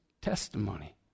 testimony